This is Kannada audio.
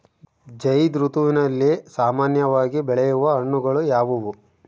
ಝೈಧ್ ಋತುವಿನಲ್ಲಿ ಸಾಮಾನ್ಯವಾಗಿ ಬೆಳೆಯುವ ಹಣ್ಣುಗಳು ಯಾವುವು?